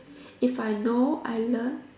if I know I learn